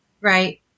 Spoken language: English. Right